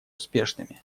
успешными